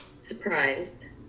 surprise